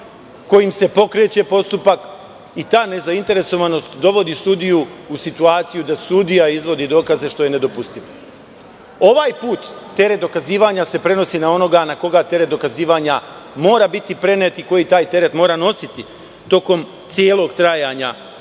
kojim se pokreće postupak i ta ne zainteresovanost dovodi sudiju u situaciju da sudija izvodi dokaze, što je nedopustivo. Ovaj put teret dokazivanja se prenosi na onoga na koga teret dokazivanja mora biti prenet i koji taj teret mora nositi tokom celog trajanja